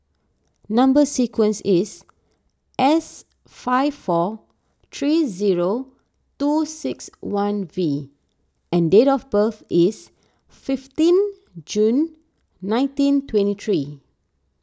Number Sequence is S five four three zero two six one V and date of birth is fifteen June nineteen twenty three